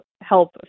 help